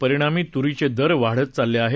परिणामी तुरीचे दर वाढत चालले आहेत